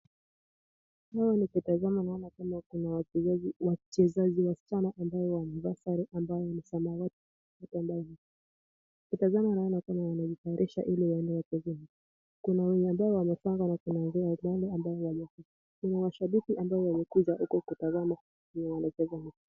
Hapa nikitazama naona kwamba kuna wachezaji wasichana ambao wamevaa sare ambayo ni samawati. Nikitazama naona kwamba wanajitayarisha ili waende wacheze. Kuna wenye ambao wamepanga na kuna wale ambao hawajapanga. Kuna mashabiki ambao wamekuja huku kutazama vile wanacheza.